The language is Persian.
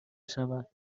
شود